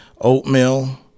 oatmeal